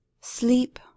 sleep